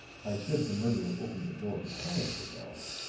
i said the murderer opened the door that has the gong.